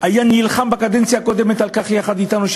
היה נלחם עליהם בקדנציה הקודמת יחד אתנו,